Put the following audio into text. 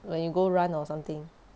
when you go run or something